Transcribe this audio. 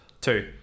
two